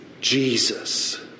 Jesus